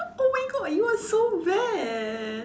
oh my god you are so bad